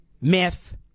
myth